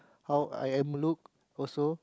how I am a look also